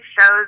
shows